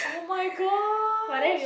oh-my-gosh